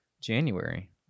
January